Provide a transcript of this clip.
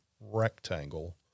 rectangle